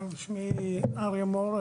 שמי אריה מור,